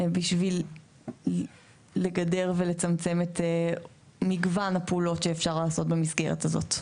בשביל לגדר ולמצמצם את מגוון הפעולות שאפשר לעשות במסגרת הזאת.